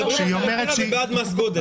--- פריפריה ובעד מס גודש,